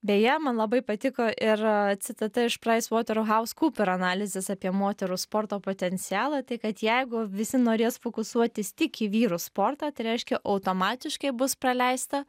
beje man labai patiko ir citata iš price waterhouse cooper analizės apie moterų sporto potencialą tai kad jeigu visi norės fokusuotis tik į vyrų sportą tai reiškia automatiškai bus praleista